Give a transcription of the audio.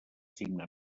signe